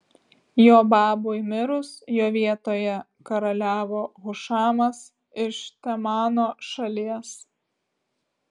jobabui mirus jo vietoje karaliavo hušamas iš temano šalies